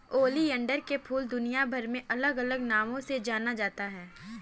oleander के फूल दुनियाभर में अलग अलग नामों से जाना जाता है